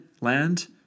land